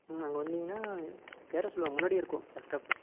ம் அங்கே வந்தீங்கன்னா கேட்டால் சொல்வாங்க முன்னாடியே இருக்கும் பஸ் ஸ்டாப்